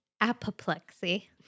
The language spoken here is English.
apoplexy